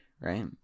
right